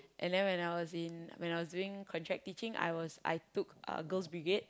and then I was in when I was doing contract teaching I was I took Girls'-Brigade